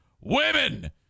Women